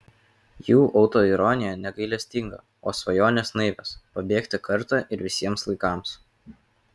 jų autoironija negailestinga o svajonės naivios pabėgti kartą ir visiems laikams